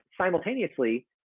simultaneously